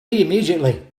immediately